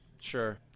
Sure